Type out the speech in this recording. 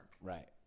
Right